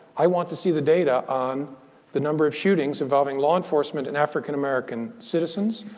i want to see the data on the number of shootings involving law enforcement and african-american citizens.